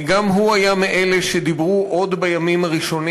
גם הוא היה מאלה שדיברו כבר בימים הראשונים